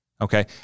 Okay